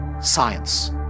science